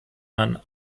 man